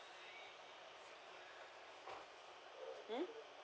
hmm